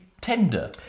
tender